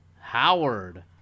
Howard